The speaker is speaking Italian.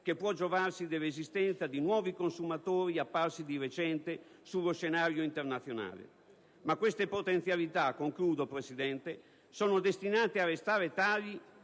che può giovarsi dell'esistenza di nuovi consumatori apparsi di recente sullo scenario internazionale. Ma queste potenzialità - concludo, Presidente - sono destinate a restare tali;